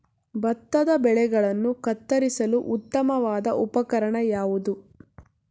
ಭತ್ತದ ಬೆಳೆಗಳನ್ನು ಕತ್ತರಿಸಲು ಉತ್ತಮವಾದ ಉಪಕರಣ ಯಾವುದು?